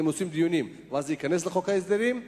אתם עושים דיונים ואז זה ייכנס לחוק ההסדרים,